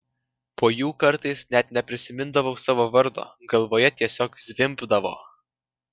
po jų kartais net neprisimindavau savo vardo galvoje tiesiog zvimbdavo